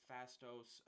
Fastos